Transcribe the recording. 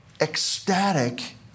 ecstatic